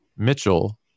Mitchell